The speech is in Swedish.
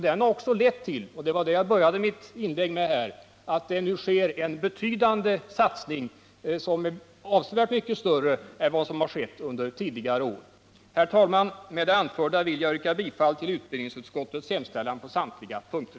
Den har också lett till — vilket jag inledde mitt inlägg med att notera — att det nu sker en betydande satsning på forskning, en satsning som är avsevärt mycket större än under tidigare år. Herr talman! Med det anförda vill jag yrka bifall till utbildningsutskottets hemställan på samtliga punkter.